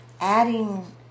adding